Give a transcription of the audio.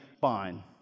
fine